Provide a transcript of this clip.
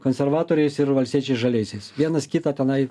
konservatoriais ir valstiečiais žaliaisiais vienas kitą tenai